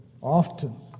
often